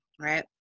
right